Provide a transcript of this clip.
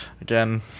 Again